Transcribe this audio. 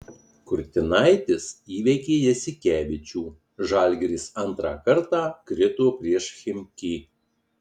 kurtinaitis įveikė jasikevičių žalgiris antrą kartą krito prieš chimki